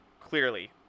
clearly